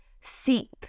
seep